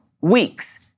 Weeks